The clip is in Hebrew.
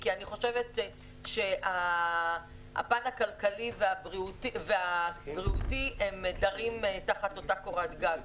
כי אני חושבת שהפן הכלכלי והבריאותי דרים תחת אותה קורת גג,